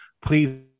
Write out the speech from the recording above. please